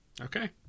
Okay